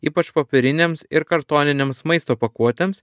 ypač popierinėms ir kartoninėms maisto pakuotėms